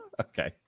Okay